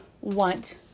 want